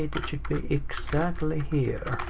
a. should be exactly here.